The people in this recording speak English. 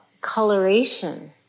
coloration